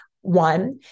one